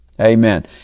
Amen